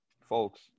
folks